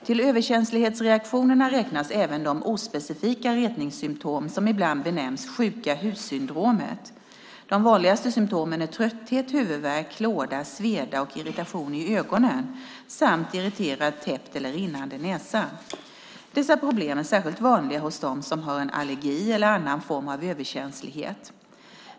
Till överkänslighetsreaktionerna räknas även de ospecifika retningssymtom som ibland benämns sjuka-hus-syndromet. De vanligaste symtomen är trötthet, huvudvärk, klåda, sveda och irritation i ögonen samt irriterad, täppt eller rinnande näsa. Dessa problem är särskilt vanliga hos dem som har en allergi eller annan form av överkänslighet.